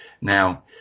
Now